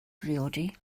briodi